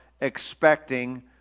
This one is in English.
expecting